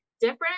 different